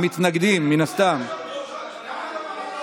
המתנגדים, מן הסתם, למה לא מהמקום?